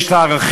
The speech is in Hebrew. יש לה ערכים,